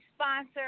sponsor